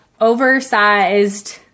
oversized